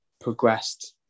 progressed